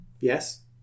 yes